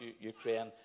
Ukraine